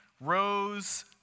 rose